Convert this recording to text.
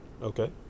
okay